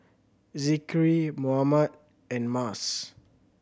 Zikri Muhammad and Mas